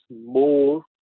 more